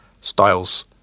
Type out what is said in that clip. styles